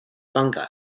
fungi